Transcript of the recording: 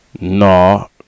No